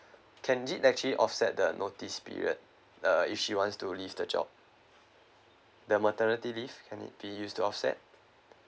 can this actually offset the notice period uh if she wants to leave the job the maternity leave can it be used to offset